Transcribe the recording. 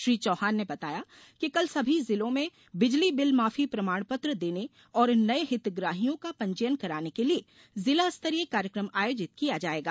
श्री चौहान ने बताया कि कल सभी जिलों में बिजली बिल माफी प्रमाण पत्र देने और नये हितग्राहियों का पंजीयन कराने के लिये जिला स्तरीय कार्यक्रम आयोजित किया जायेगा